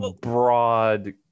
broad